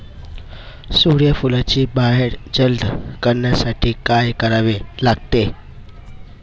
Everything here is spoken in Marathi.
सूर्यफुलाची बहर जलद करण्यासाठी काय करावे लागेल?